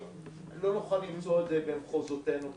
לא נוכל למצוא את זה במחוזותינו כנראה.